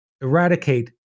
eradicate